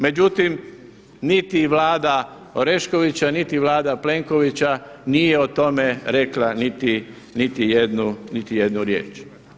Međutim, niti Vlada Oreškovića, niti Vlada Plenkovića nije o tome rekla niti jednu riječ.